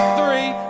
three